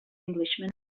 englishman